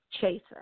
chaser